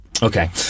Okay